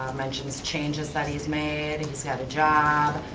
mentions changes that he's made, he's got a job,